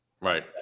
Right